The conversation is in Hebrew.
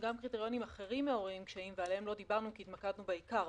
שגם קריטריונים אחרים מעוררים קשיים ועליהם לא דיברנו כי התמקדנו בעיקר,